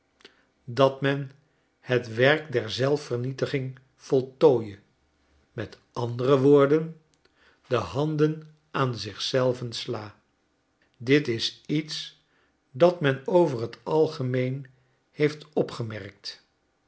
dat men schetsen uit amerika het werk der zelf vernietiging voltooie met andere woorden de handen aan zich zelven sla dit is iets dat men over t algemeen heeft opgemerkt